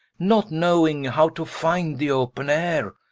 not knowing how to finde the open ayre,